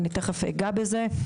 אני תכף אגע בזה.